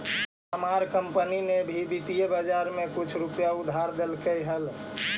हमार कंपनी ने भी वित्तीय बाजार में कुछ रुपए उधार देलकइ हल